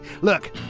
Look